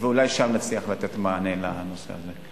ואולי שם נצליח לתת מענה לנושא הזה.